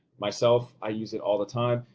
myself, i use it all the time,